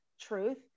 truth